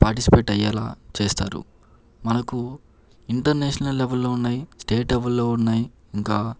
participate అయ్యేలా చేస్తారు మనకు ఇంటర్నేషనల్ లెవెల్ లో ఉన్నాయి స్టేట్ లెవెల్ లో ఉన్నాయి ఇంకా